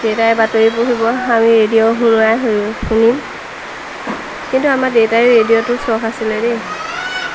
দেতাই বাতৰি পঢ়িব আমি ৰেডিঅ' শুনোৱাই শুনিম কিন্তু আমাৰ দেতাই ৰেডিঅ'টো চখ আছিলে দেই